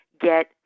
get